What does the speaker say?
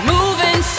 Moving